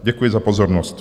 Děkuji za pozornost.